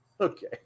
Okay